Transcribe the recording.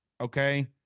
Okay